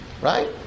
right